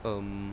um